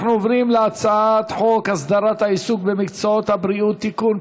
אנחנו עוברים להצעת חוק הסדרת העיסוק במקצועות הבריאות (תיקון,